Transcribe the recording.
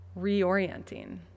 reorienting